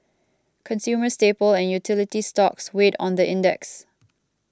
consumer staple and utility stocks weighed on the index